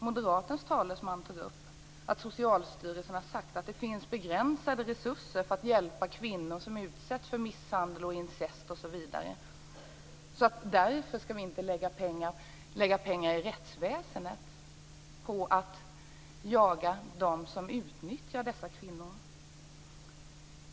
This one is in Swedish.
Moderaternas talesman tog upp, är exempelvis att Socialstyrelsen har sagt att det finns begränsande resurser för att hjälpa kvinnor som utsätts för misshandel, incest osv. Därför skall vi inte lägga pengar i rättsväsendet på att jaga dem som utnyttjar dessa kvinnor.